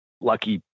lucky